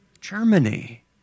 Germany